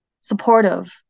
supportive